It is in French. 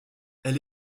elle